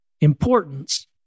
importance